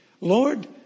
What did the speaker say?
Lord